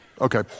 Okay